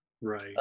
right